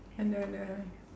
under the